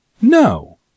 No